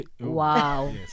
Wow